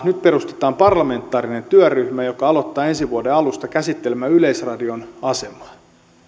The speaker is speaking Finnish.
nyt perustetaan parlamentaarinen työryhmä joka alkaa ensi vuoden alusta käsittelemään yleisradion asemaa